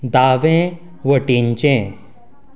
दावे वटेनचें